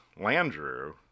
Landrew